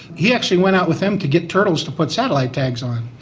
he actually went out with them to get turtles to put satellite tags on.